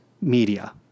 media